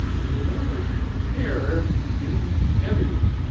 so there was terror in everywhere.